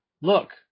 look